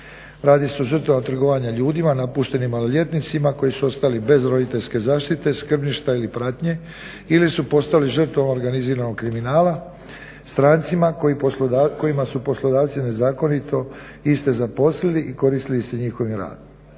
Radi se o žrtvama trgovanja ljudima, napuštenim maloljetnicima koji su ostali bez roditeljske zaštite, skrbništva ili pratnje ili su postali žrtvom organiziranog kriminala, strancima kojima su poslodavci nezakonito iste zaposlili i koristili se njihovim radom.